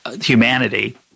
humanity